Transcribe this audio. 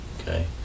Okay